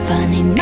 Funny